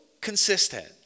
consistent